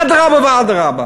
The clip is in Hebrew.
אדרבה ואדרבה,